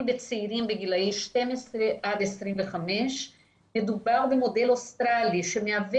בצעירים בגילאי 12 עד 25. מדובר במודל אוסטרלי שמהווה